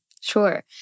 Sure